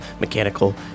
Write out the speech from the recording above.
mechanical